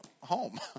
home